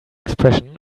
expression